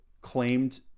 claimed